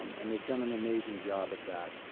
um and they've done an amazing job at that.